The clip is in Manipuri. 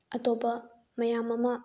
ꯑꯇꯣꯞꯄ ꯃꯌꯥꯝ ꯑꯃ